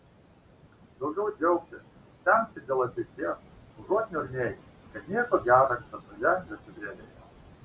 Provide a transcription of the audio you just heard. daugiau džiaugtis stengtis dėl ateities užuot niurnėjus kad nieko gero čia toje lietuvėlėje